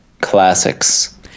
classics